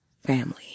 family